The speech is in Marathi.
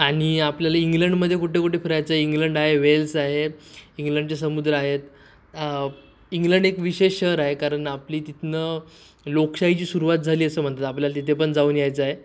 आणि आपल्याला इंग्लंडमध्ये कुठे कुठे फिरायचं आहे इंग्लंड आहे वेल्स आहे इंग्लंडचे समुद्र आहेत इंग्लंड एक विशेष शहर आहे कारण आपली तिथनं लोकशाहीची सुरुवात झाली असं म्हणतात आपल्याला तिथे पण जाऊन यायचं आहे